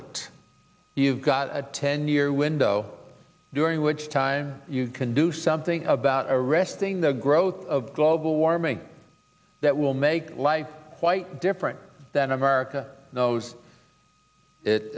it you've got a ten year window during which time you can do something about arresting the growth of global warming that will make life quite different than america knows